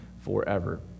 forever